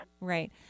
Right